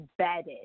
embedded